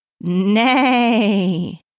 Nay